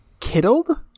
Kiddled